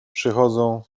przychodzą